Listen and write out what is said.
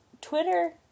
Twitter